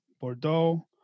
Bordeaux